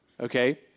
okay